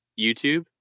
YouTube